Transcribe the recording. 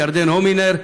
ירדן הומינר,